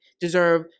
deserve